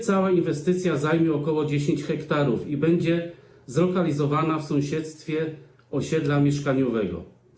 Cała inwestycja zajmie ok. 10 ha i będzie zlokalizowana w sąsiedztwie osiedla mieszkaniowego.